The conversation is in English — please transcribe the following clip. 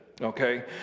okay